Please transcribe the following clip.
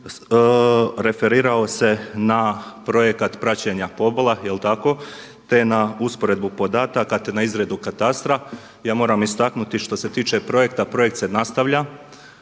referirao se na projekat praćenja pobola, jel tako, te na usporedbu podataka te na izradu katastra. Ja moram istaknuti što se tiče projekta, projekt se nastavlja,